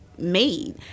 made